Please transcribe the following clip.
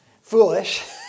foolish